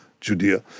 Judea